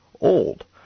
old